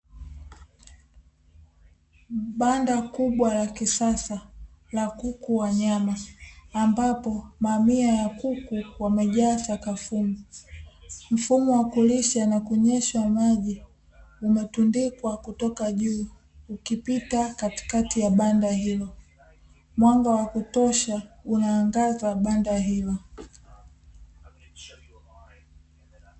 Banda kubwa la kisasa la kuku wa nyama, ambapo mamia ya kuku wamejaa sakafuni. Mfumo wa kulisha na kunywesha maji umetundikwa kutoka juu ukipita kati kati ya banda hilo, mwanga wa kutosha unaangaza banda hilo.